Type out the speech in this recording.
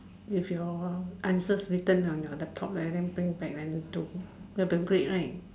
if your answer written on your laptop right then bring back then do that'll be great right